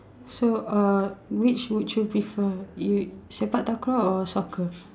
so uh which would you prefer you sepak-takraw or soccer